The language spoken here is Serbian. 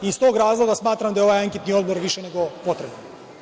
Iz tog razloga smatram da je ovaj anketni odbor više nego potreban.